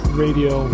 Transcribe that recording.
radio